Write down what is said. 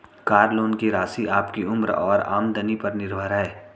car loan की राशि आपकी उम्र और आमदनी पर निर्भर है